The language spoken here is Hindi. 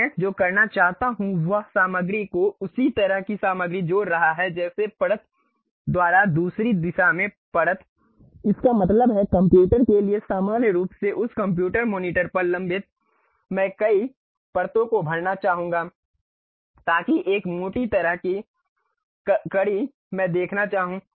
मैं जो करना चाहता हूं वह सामग्री को उसी तरह की सामग्री जोड़ रहा है जैसे परत द्वारा दूसरी दिशा में परत इसका मतलब है कंप्यूटर के लिए सामान्य रूप से उस कंप्यूटर मॉनीटर पर लंबित मैं कई परतों को भरना चाहूंगा ताकि एक मोटी तरह की कड़ी मैं देखना चाहूं